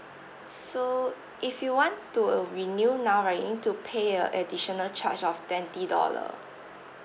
so if you want to renew now right you need to pay a additional charge of twenty dollar